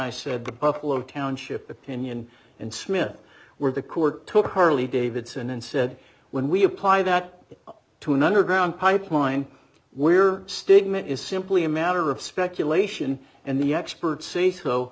i said the buffalo township opinion and smith were the court took harley davidson and said when we apply that to an underground pipeline we're statement is simply a matter of speculation and the experts say so